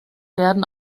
werden